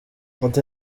ati